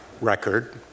record